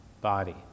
body